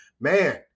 man